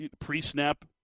pre-snap